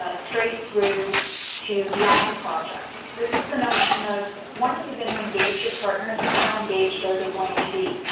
ah straight through to beyond the project. this is the notion of when are you going to engage your partners and how engaged are they going to be?